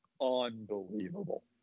unbelievable